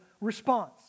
response